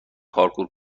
پارکور